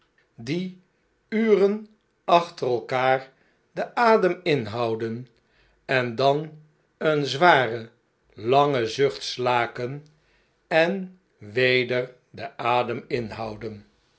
die uren achter elkaar den adem inhouden en dan een zwaren langen zucht slaken en weder den adem inhouden